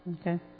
Okay